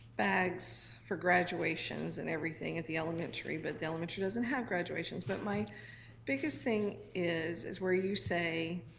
bags for graduations and everything at the elementary, but the elementary doesn't have graduations. but my biggest thing is is where you say,